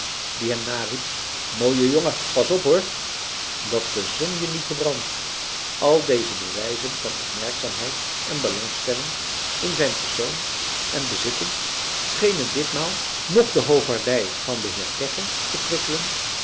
die hem nariep mooie jongen pas op hoor dat de zon je niet verbrandt alle deze bewijzen van opmerkzaamheid en belangstelling in zijn persoon en bezitting schenen ditmaal noch de hoovaardij van den heer kegge te prikkelen